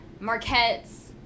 Marquettes